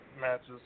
matches